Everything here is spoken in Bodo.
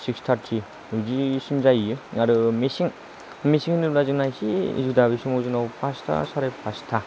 सिक्स टार्टि बिदि सिम जाहैयो आरो मेसें मेसें होनोब्ला जोंना एसे जुदा बे समाव जोंनाव फासथा साराय फासथा